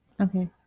Okay